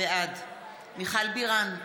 בעד מיכל בירן,